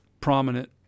prominent